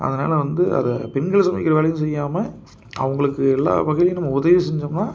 அதனால வந்து அதை பெண்கள் சமைக்கிற வேலையும் செய்யாமல் அவங்களுக்கு எல்லாம் வகைலையும் நம்ம உதவி செஞ்சோம்ன்னா